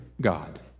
God